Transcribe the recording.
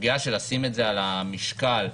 כפי שניתן לראות בשקף,